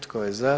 Tko je za?